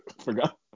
Forgot